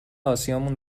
آسیامون